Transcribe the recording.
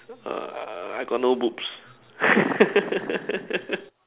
err I got no boobs